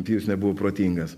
pijus nebuvo protingas